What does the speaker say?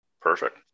perfect